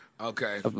Okay